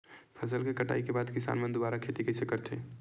फसल के कटाई के बाद किसान मन दुबारा खेती कइसे करथे?